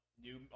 New